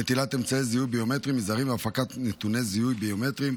(נטילת אמצעי זיהוי ביומטריים מזרים והפקת נתוני זיהוי ביומטריים),